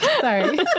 Sorry